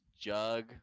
Jug